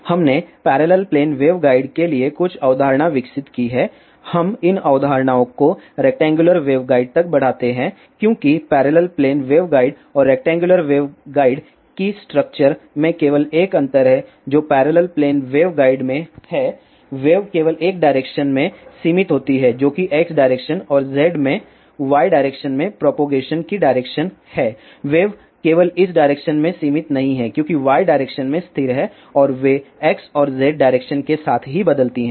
हमने parallel plane waveguide के लिए कुछ अवधारणा विकसित की है हम इन अवधारणाओं को रेक्टेंगुलर वेवगाइड तक बढ़ाते हैं क्योंकि पैरेलल प्लेन वेवगाइड और रेक्टेंगुलर वेवगाइड की स्ट्रक्चर में केवल एक अंतर है जो पैरेलल प्लेन वेवगाइड में है वेव केवल एक डायरेक्शन में सीमित होती है जो कि x डायरेक्शन और z में y डायरेक्शन में प्रोपगेशन की डायरेक्शन है वेव केवल इस डायरेक्शन में सीमित नहीं है क्योंकि y डायरेक्शन में स्थिर हैं और वे x और z डायरेक्शन के साथ ही बदलती हैं